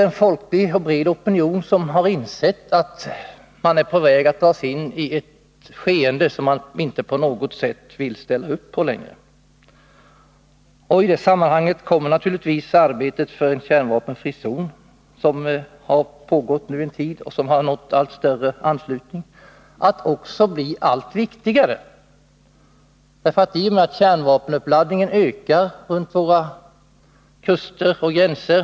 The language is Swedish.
En folklig och bred opinion har insett att man är på väg att dras in i ett skeende som man inte på något sätt vill acceptera. I detta sammanhang kommer naturligtvis arbetet för en kärnvapenfri zon, som nu har pågått en tid och som har nått allt större anslutning, att bli allt viktigare i och med att kärnvapenuppladdningen ökar runt våra kuster och gränser.